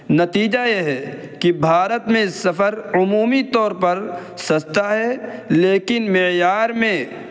نتیجہ یہ ہے کہ بھارت میں سفر عمومی طور پر سستا ہے لیکن معیار میں